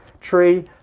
tree